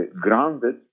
grounded